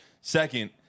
Second